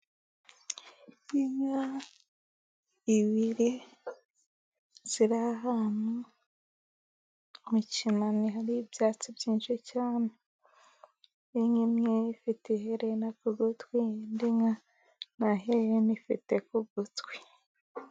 Iyi ni nka ebyiri ziri ahantu mu kinani .Hari ibyatsi byinshi cyane. Inka imwe ifite iherena ku gutwi. Indi nka nta herena ifite ku gutwi.